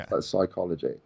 psychology